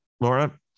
Laura